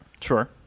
Sure